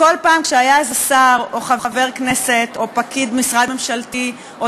בכל פעם שהיה איזה שר או חבר כנסת או פקיד משרד ממשלתי או